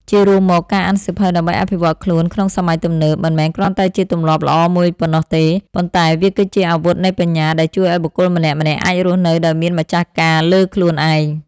ជារួមមក ការអានសៀវភៅដើម្បីអភិវឌ្ឍខ្លួនក្នុងសម័យទំនើប មិនមែនគ្រាន់តែជាទម្លាប់ល្អមួយប៉ុណ្ណោះទេ ប៉ុន្តែវាគឺជាអាវុធនៃបញ្ញាដែលជួយឱ្យបុគ្គលម្នាក់ៗអាចរស់នៅដោយមានម្ចាស់ការលើខ្លួនឯង។